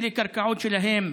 אלה קרקעות שלהם,